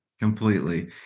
Completely